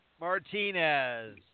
Martinez